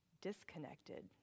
Disconnected